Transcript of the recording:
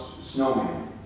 snowman